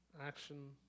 action